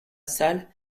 salle